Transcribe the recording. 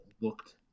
looked